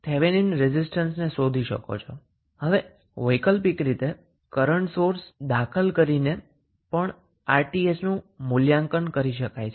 હવે વૈકલ્પિક રીતે કરન્ટ સોર્સ દાખલ કરીને 𝑅𝑇ℎ મૂલ્યાંકન કરી શકાય છે